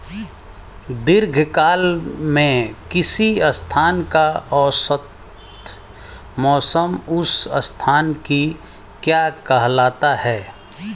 दीर्घकाल में किसी स्थान का औसत मौसम उस स्थान की क्या कहलाता है?